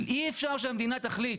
אי אפשר שהמדינה תחליט,